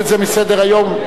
לסדר-היום,